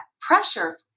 pressure